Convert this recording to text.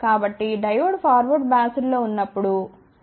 కాబట్టి diode forward biased లో ఉన్నప్పుడు సరే